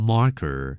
Marker